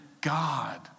God